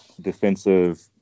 defensive